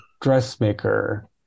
dressmaker